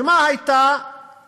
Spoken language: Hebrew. ומה היה המקום